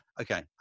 Okay